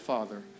Father